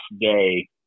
day